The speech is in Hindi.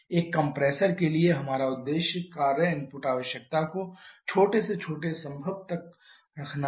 एक कंप्रेसर के लिए हमारा उद्देश्य कार्य इनपुट आवश्यकता को छोटे से छोटे संभव तक रखना है